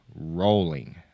rolling